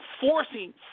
forcing